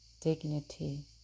dignity